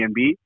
Airbnb